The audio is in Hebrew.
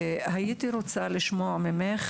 הייתי רוצה לשמוע ממך,